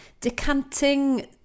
decanting